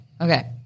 Okay